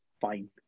fine